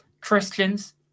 Christians